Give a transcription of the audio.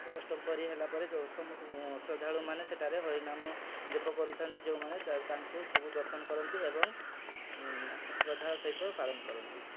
ଅଷ୍ଟପ୍ରହରୀ ହେଲାପରେ ଯେଉଁ ସବୁ ଶ୍ରଦ୍ଧାଳୁମାନେ ସେଠାରେ ହରିନାମ ଜପ କରୁଥାନ୍ତି ଯେଉଁମାନେ ତାଙ୍କୁ ସବୁ ଦର୍ଶନ କରନ୍ତି ଏବଂ ଶ୍ରଦ୍ଧାର ସହିତ ପାଳନ କରନ୍ତି